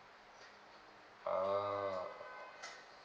ah